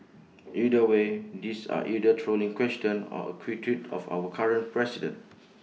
either way these are either trolling questions or A critique of our current president